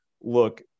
look